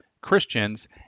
Christians